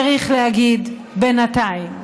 צריך להגיד בינתיים.